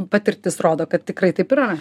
patirtis rodo kad tikrai taip yra